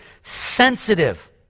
sensitive